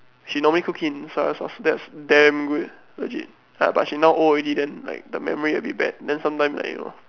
she normally cook it in soya sauce and that's damn good legit ya but she now old already then like the memory a bit bad then sometime like you know